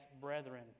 brethren